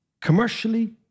commercially